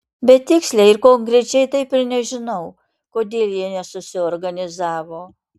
bet tiksliai ir konkrečiai taip ir nežinau kodėl jie nesusiorganizavo